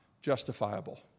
justifiable